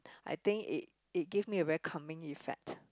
I think it it give me a calming effect